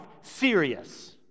serious